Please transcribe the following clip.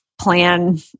plan